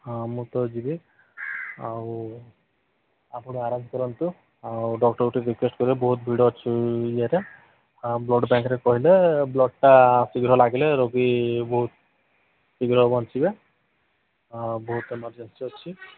ହଁ ମୁଁ ତ ଯିବି ଆଉ ଆପଣ ଆରେଞ୍ଜ କରନ୍ତୁ ଆଉ ଡକ୍ଟରକୁ ଟିକେ ରିକୁଏଷ୍ଟ କରିବେ ବହୁତ ଭିଡ଼ ଅଛି ଇଏରେ ବ୍ଲଡ୍ ବ୍ୟାଙ୍କରେ କହିଲେ ବ୍ଲଡ୍ଟା ଶୀଘ୍ର ଲାଗିଲେ ରୋଗୀ ବହୁତ ଶୀଘ୍ର ବଞ୍ଚିବେ ଆଉ ବହୁତ ଏମର୍ଜେନ୍ସି ଅଛି